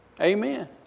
Amen